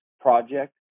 project